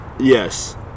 Yes